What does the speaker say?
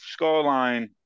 scoreline